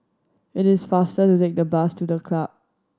it is faster to take the bus to The Club